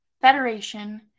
Federation